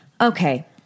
Okay